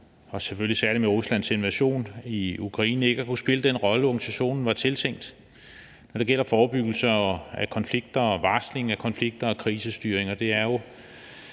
særlig med Ruslands invasion i Ukraine – ikke har kunnet spille den rolle, organisationen var tiltænkt, når det gælder forebyggelse af konflikter, varsling af konflikter og krisestyring. Det er jo